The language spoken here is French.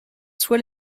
soit